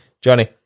Johnny